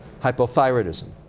hyperthyroidism.